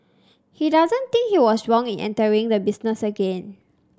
he doesn't think he was wrong in entering the business again